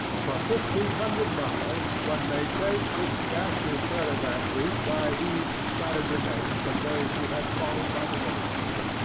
for fifteen hundred miles one may trace this ghastly caravan route by these scattered remains of those who had fallen by the wayside.